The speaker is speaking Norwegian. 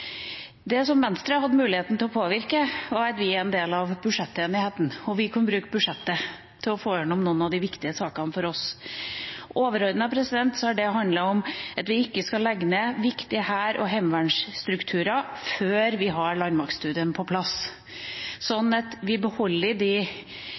Venstre har hatt muligheten til å påvirke ved at vi nå er en del av budsjettenigheten, og vi kan bruke budsjettet til å få gjennom noen av de for oss viktige sakene. Overordnet har det handlet om at vi ikke skal legge ned viktige hær- og heimevernsstrukturer før vi har landmaktstudien på plass,